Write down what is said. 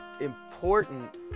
important